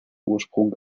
ursprung